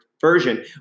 version